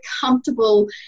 comfortable